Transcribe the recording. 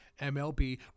MLB